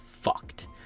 fucked